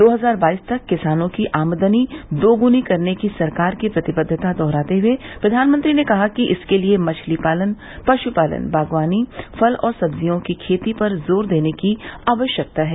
दो हजार बाईस तक किसानों की आमदनी दोगुनी करने की सरकार की प्रतिबद्धता दोहराते हुए प्रधानमंत्री ने कहा कि इसके लिए मछली पालन पश् पालन बागवानी फल और सब्जियों की खेती पर जोर देने की आवश्यकता है